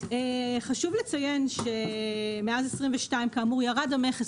חשוב לציין שמאז 22' כאמור ירד המכס